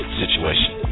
situation